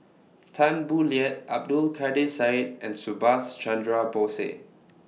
Tan Boo Liat Abdul Kadir Syed and Subhas Chandra Bose